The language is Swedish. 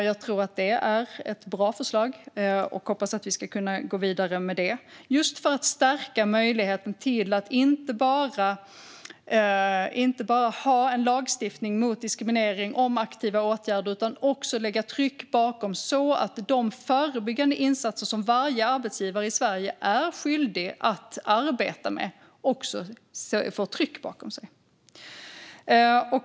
Jag tror att detta är ett bra förslag och hoppas att vi ska kunna gå vidare med det, just för att stärka möjligheten att inte bara ha en lagstiftning mot diskriminering och om aktiva åtgärder utan också lägga tryck bakom så att de förebyggande insatser som varje arbetsgivare i Sverige är skyldig att arbeta med också får tryck bakom sig.